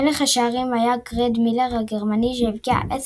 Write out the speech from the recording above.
מלך השערים היה גרד מילר הגרמני שהבקיע 10